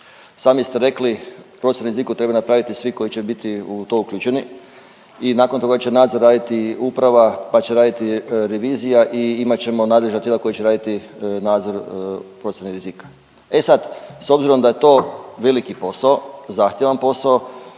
Sami ste rekli, procjene riziku trebaju napraviti svi koji će biti u to uključeni i nakon toga će nadzor raditi uprava pa će raditi revizija i imat ćemo nadležan tijela koja će raditi nadzor procjene rizika. E sad, s obzirom da je to veliki posao, zahtjevan posao,